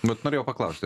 vat norėjau paklausti